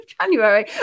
January